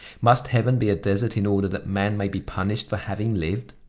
must heaven be a desert in order that man may be punished for having lived?